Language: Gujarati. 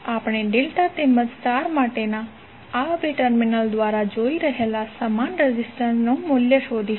આપણે ડેલ્ટા તેમજ સ્ટાર માટેના આ 2 ટર્મિનલ્સ દ્વારા જોઈ રહેલા સમાન રેઝિસ્ટન્સ નું મૂલ્ય શોધીશું